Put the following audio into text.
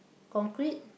concrete